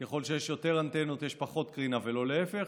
שככל שיש יותר אנטנות יש פחות קרינה ולא להפך.